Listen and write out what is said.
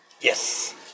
Yes